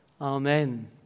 Amen